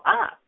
up